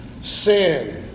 Sin